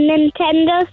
Nintendo